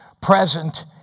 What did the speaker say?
present